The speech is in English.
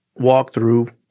walkthrough